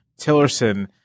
Tillerson